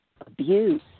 abuse